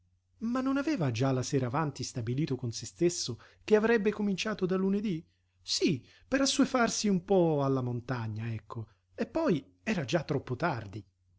ma non aveva già la sera avanti stabilito con se stesso che avrebbe cominciato da lunedì sí per assuefarsi un po alla montagna ecco e poi era già troppo tardi